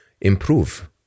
improve